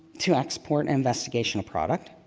to export investigational product.